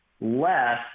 less